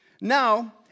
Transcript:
Now